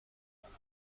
نیاره